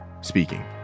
speaking